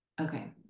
Okay